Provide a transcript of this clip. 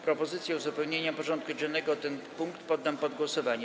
Propozycję uzupełnienia porządku dziennego o ten punkt poddam pod głosowanie.